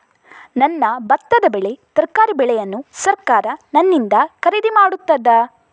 ನನ್ನ ಭತ್ತದ ಬೆಳೆ, ತರಕಾರಿ ಬೆಳೆಯನ್ನು ಸರಕಾರ ನನ್ನಿಂದ ಖರೀದಿ ಮಾಡುತ್ತದಾ?